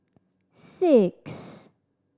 six